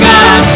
God